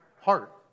Heart